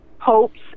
hopes